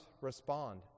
Respond